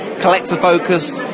collector-focused